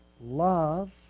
love